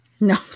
No